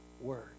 word